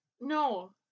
No